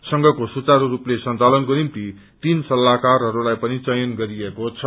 संघको सुचारू रूपले संचालनको निम्ति तीन सल्लाहकारहरूलाई पनि चयन गरिएको छ